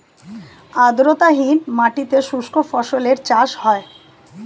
আর্দ্রতাহীন মাটিতে শুষ্ক ফসলের চাষ হয়